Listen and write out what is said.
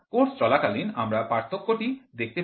course চলাকালীন আমরা পার্থক্যটি দেখতে পাব